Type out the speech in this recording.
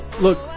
Look